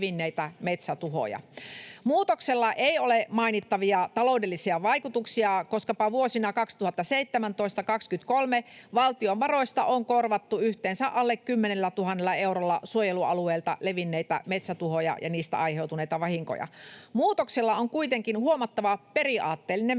Muutoksella ei ole mainittavia taloudellisia vaikutuksia, koskapa vuosina 2017—2023 valtion varoista on korvattu yhteensä alle 10 000 eurolla suojelualueilta levinneitä metsätuhoja ja niistä aiheutuneita vahinkoja. Muutoksella on kuitenkin huomattava periaatteellinen merkitys.